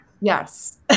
Yes